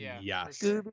Yes